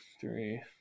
three